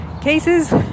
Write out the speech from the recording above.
cases